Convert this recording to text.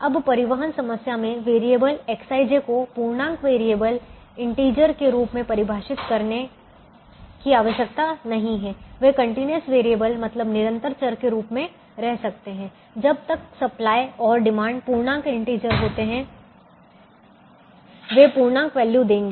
अब परिवहन समस्या में वेरिएबल Xij को पूर्णांक वेरिएबल इंटीजरinteger variable के रूप में परिभाषित करने की आवश्यकता नहीं है वे कंटीन्यूअस वेरिएबल मतलब निरंतर चर के रूप में रह सकते हैं और जब तक सप्लाई और डिमांड पूर्णांक इंटीजरinteger होते हैं वे पूर्णांक वैल्यू देंगे